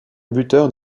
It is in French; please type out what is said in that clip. buteur